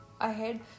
ahead